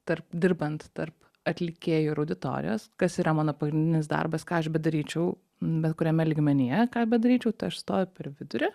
tarp dirbant tarp atlikėjų ir auditorijos kas yra mano pagrindinis darbas ką aš bedaryčiau bet kuriame lygmenyje ką bedaryčiau aš stoviu per vidurį